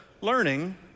learning